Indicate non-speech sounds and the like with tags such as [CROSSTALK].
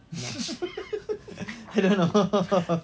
[LAUGHS]